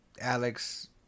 Alex